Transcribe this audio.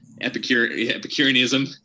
Epicureanism